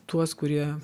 tuos kurie